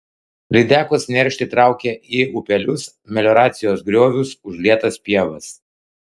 lydekos neršti traukia į upelius melioracijos griovius užlietas pievas